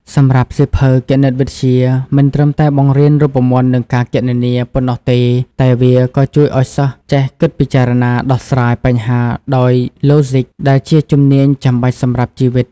សម្រាប់សៀវភៅ គណិតវិទ្យា មិនត្រឹមតែបង្រៀនរូបមន្តនិងការគណនាប៉ុណ្ណោះទេ តែវាក៏ជួយឱ្យសិស្សចេះគិតពិចារណាដោះស្រាយបញ្ហាដោយឡូស៊ីក ដែលជាជំនាញចាំបាច់សម្រាប់ជីវិត។